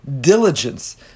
diligence